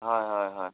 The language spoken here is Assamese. হয় হয় হয়